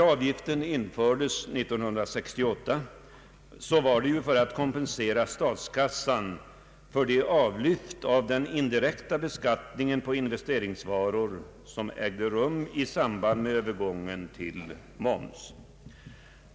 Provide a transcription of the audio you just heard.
Avgiften infördes ju 1968 för att kompensera statskassan för det avlyft av den indirekta beskattningen på investeringsvaror som ägde rum i samband med övergången till moms.